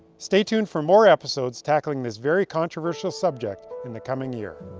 stay tuned for more episodes tackling this very controversial subject, in the coming year.